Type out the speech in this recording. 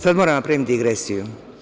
Sada moram da napravim digresiju.